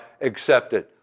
accepted